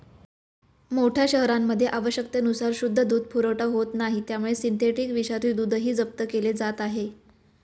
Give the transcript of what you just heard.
मोठ्या शहरांमध्ये आवश्यकतेनुसार शुद्ध दूध पुरवठा होत नाही त्यामुळे सिंथेटिक विषारी दूधही जप्त केले जात आहे